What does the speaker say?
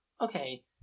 okay